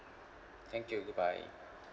thank you good bye